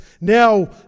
now